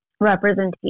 representation